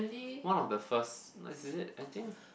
one of the first like is it I think